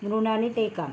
Mrunali Pekan